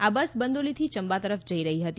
આ બસ બંદોલીથી ચંબા તરફ જઇ રહી હતી